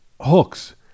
hooks